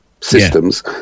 systems